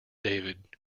david